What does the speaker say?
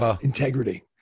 integrity